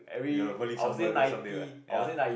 ya going leave somewhere take some leave right ya